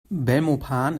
belmopan